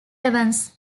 evans